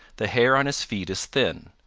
the hair on his feet is thin.